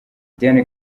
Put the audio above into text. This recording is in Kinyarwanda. diane